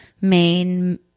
main